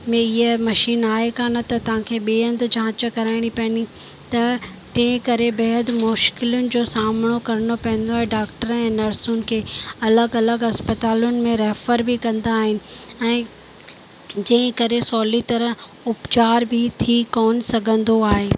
में इहा मशीन आहे कोन त तव्हांखे ॿिए हंधि जांच कराइणी पवंदी त तंहिं करे बेहदि मुश्किलुनि जो सामिनो करिणो पवंदो आहे डॉक्टरनि ऐं नर्सुनि खे अलॻि अलॻि अस्पतालुनि में रेफर बि कंदा आहिनि ऐं जंहिं करे सहुली तरह उपचार बि थी कोन सघंदो आहे